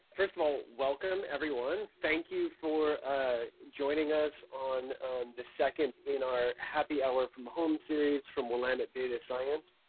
first of all, welcome everyone! thank you for joining us on the second in our happy hour from home series from willamette data science.